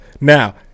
Now